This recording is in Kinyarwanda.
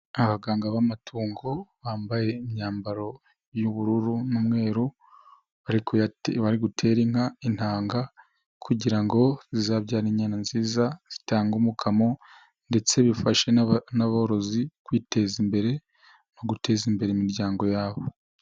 Abaganga b'amatungo bambaye imyambaro y'ubururu n'umweru, bari gutera inka intanga kugira ngo zizabyara inyana nziza zitanga umukamo ndetse bifashe n'aborozi kwiteza imbere no guteza imbere imiryango yabo.